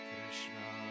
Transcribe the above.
Krishna